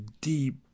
deep